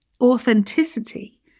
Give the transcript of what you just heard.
authenticity